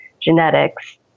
genetics